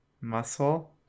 Muscle